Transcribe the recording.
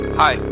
hi